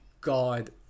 God